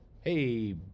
Hey